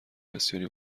بسیاری